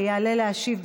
יעלה להשיב,